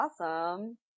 awesome